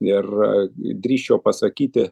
ir drįsčiau pasakyti